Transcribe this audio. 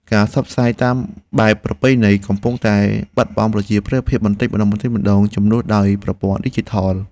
ការផ្សព្វផ្សាយតាមបែបប្រពៃណីកំពុងតែបាត់បង់ប្រជាប្រិយភាពបន្តិចម្តងៗជំនួសដោយប្រព័ន្ធឌីជីថល។